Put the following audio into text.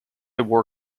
war